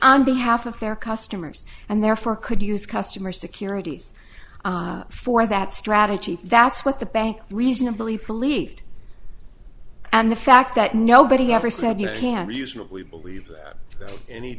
on behalf of their customers and therefore could use customer securities for that strategy that's what the bank reasonably believed and the fact that nobody ever said you can reasonably believe that any